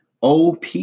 OP